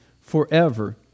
forever